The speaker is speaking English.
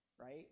right